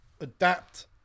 adapt